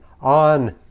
on